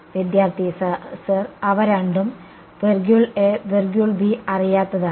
വിദ്യാർത്ഥി സർ അവ രണ്ടും അറിയാത്തതാണ്